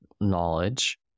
knowledge